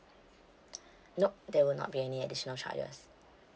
nope there will not be any additional charges